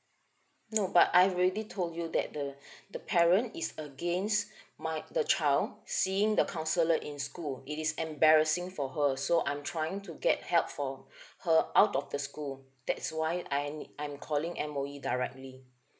no but I already told you that the the parent is against my the child seeing the counsellor in school it is embarrassing for her so I'm trying to get help for her out of the school that's why I I'm calling M_O_E directly